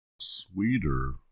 sweeter